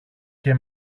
και